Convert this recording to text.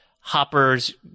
Hopper's